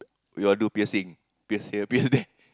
we all do piercing pierce here pierce there